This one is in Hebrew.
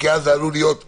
אחרת זה עלול להיות אסון.